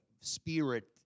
spirit